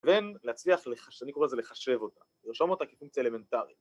‫ולהצליח, אני קורא לזה לחשב אותה, ‫לרשום אותה כפונקציה אלמנטרית.